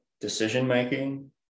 decision-making